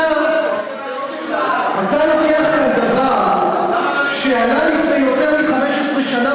אתה לוקח כאן דבר שעלה לפני יותר מ-15 שנה